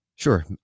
Sure